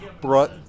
brought